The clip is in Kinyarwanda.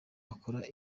akora